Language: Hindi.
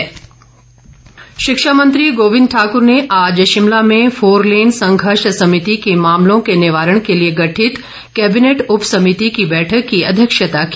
गोविंद ठाकुर शिक्षा मंत्री गोविंद ठाक्र ने आज शिमला में फोनलेन संघर्ष सभिति के मामलों के निवारण के लिए गठित कैबिनेट उपसभिति की बैठक की अध्यक्षता की